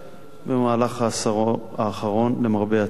במהלך העשור האחרון, למרבה הצער.